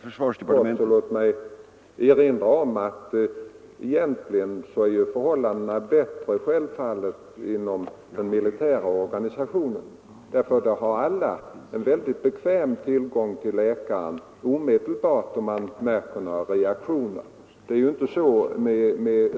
Herr talman! Låt mig erinra om att förhållandena egentligen är bättre inom den militära organisationen än i det civila. I det militära har alla tillgång till omedelbar läkarvård om reaktioner uppstår.